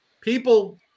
People